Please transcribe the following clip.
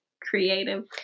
creative